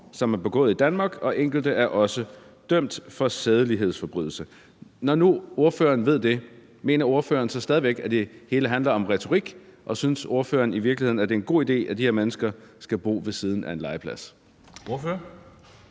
som er begået i Danmark, og enkelte er også dømt for sædelighedsforbrydelse.« Når nu ordføreren ved det, mener ordføreren så stadig væk, at det hele handler om retorik, og synes ordføreren i virkeligheden, at det er en god idé, at de her mennesker skal bo ved siden af en legeplads? Kl.